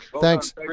Thanks